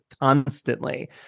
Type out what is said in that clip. constantly